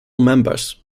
members